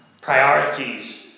priorities